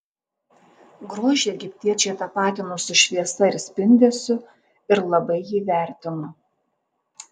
grožį egiptiečiai tapatino su šviesa ir spindesiu ir labai jį vertino